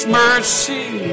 mercy